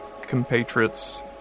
compatriots